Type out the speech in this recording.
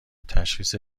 تشخیص